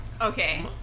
Okay